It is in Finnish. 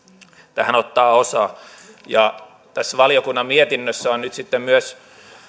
tähän ottaa osaa tässä valiokunnan mietinnössä on nyt sitten myös